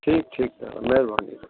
ठीकु ठीकु महिरबानी